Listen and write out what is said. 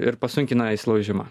ir pasunkina įsilaužimą